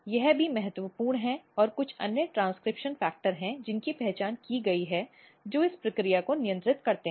यह भी महत्वपूर्ण है और कुछ अन्य ट्रांसक्रिप्शन फैक्टर हैं जिनकी पहचान की गई है जो इस प्रक्रिया को नियंत्रित करते हैं